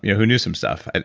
yeah who knew some stuff? and